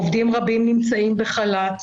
עובדים רבים נמצאים בחל"ת,